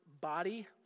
body